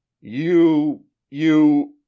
You—you—